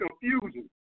confusion